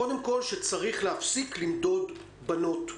קודם כול שצריך להפסיק למדוד בנות,